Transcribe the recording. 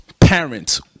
parents